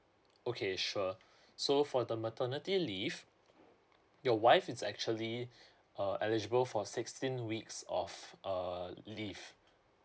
okay sure so for the maternity leave your wife is actually uh eligible for sixteen weeks of err leave